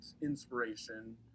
inspiration